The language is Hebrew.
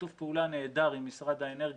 שיתוף פעולה נהדר עם משרד האנרגיה,